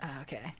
okay